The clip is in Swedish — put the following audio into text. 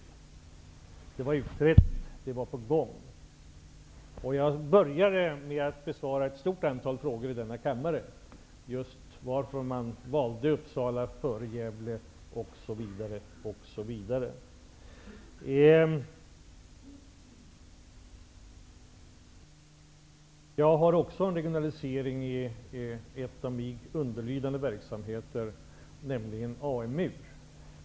Frågan var utredd, och det var på gång. Jag började med att besvara ett stort antal frågor här i kammaren om varför man satte Uppsala framför Gävle, osv. Jag har också en regionalisering i en av de verksamheter som lyder under mig, nämligen AMU.